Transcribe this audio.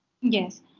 Yes